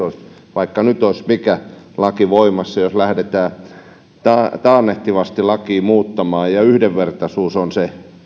vaikka nyt olisi mikä laki voimassa jos lähdetään taannehtivasti lakia muuttamaan niin yhdenvertaisuus on se